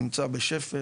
נמצא בשפל,